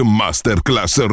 masterclass